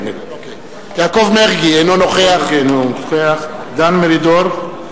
אינו נוכח דן מרידור,